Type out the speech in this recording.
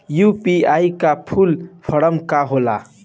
UPI का full form का होला?